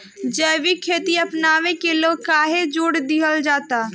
जैविक खेती अपनावे के लोग काहे जोड़ दिहल जाता?